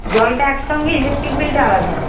জলটা একসঙ্গে ইলেকট্রিক বিলটা আলাদা